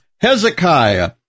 Hezekiah